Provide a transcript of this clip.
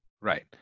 right